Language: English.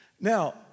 Now